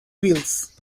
wheels